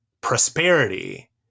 prosperity